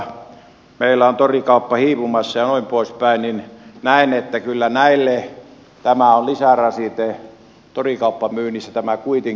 kun meillä on torikauppa hiipumassa ja noin poispäin niin näen että kyllä tämä kuitin kirjoittaminen on lisärasite torikauppamyynnissä koska